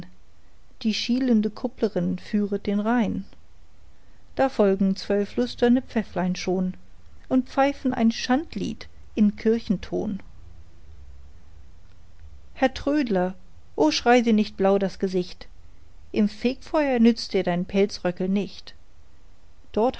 die schielende kupplerin führet den reihn es folgen zwölf lüsterne pfäffelein schon und pfeifen ein schandlied im kirchenton herr trödler o schrei dir nicht blau das gesicht im fegfeuer nützt mir dein pelzröckel nicht dort